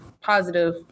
positive